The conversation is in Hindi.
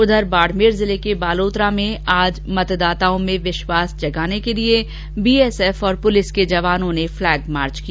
उधर बाड़मेर जिले के बालोतरा में आज मतदाताओं में विश्वास जगाने के लिए बीएसएफ और पुलिस के जवानों ने फ़्लैग मार्च किया